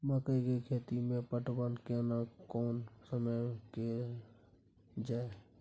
मकई के खेती मे पटवन केना कोन समय कैल जाय?